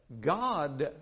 God